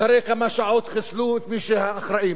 אחרי כמה שעות חיסלו את מי שאחראים.